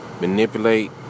Manipulate